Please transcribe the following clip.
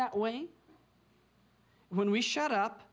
that way when we shut up